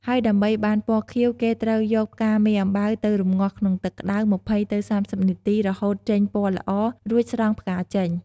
ហើយដើម្បីបានពណ៌ខៀវគេត្រូវយកផ្កាមេអំបៅ ទៅរំងាស់ក្នុងទឹកក្ដៅ ២០ ទៅ៣០នាទី រហូតចេញពណ៌ល្អ រួចស្រង់ផ្កាចេញ។